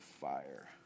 fire